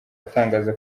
atangaza